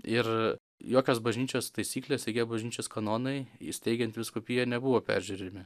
ir jokios bažnyčios taisyklės jokie bažnyčios kanonai įsteigiant vyskupiją nebuvo peržiūrimi